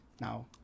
Now